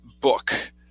book